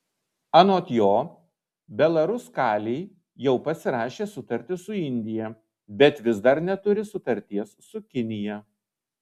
anot jo belaruskalij jau pasirašė sutartį su indija bet vis dar neturi sutarties su kinija